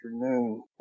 afternoon